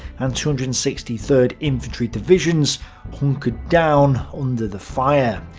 and two hundred and sixty third infantry divisions hunkered down under the fire.